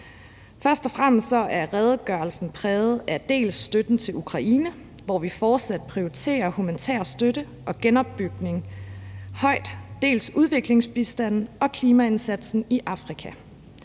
Først og fremmest er redegørelsen præget dels af støtten til Ukraine, hvor vi fortsat prioriterer humanitær støtte og genopbygning højt, dels af udviklingsbistanden og klimaindsatsen i Afrika.